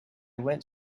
went